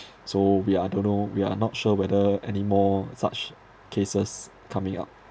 so we are don't know we are not sure whether any more such cases coming up